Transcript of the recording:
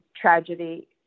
tragedy